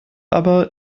aber